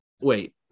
wait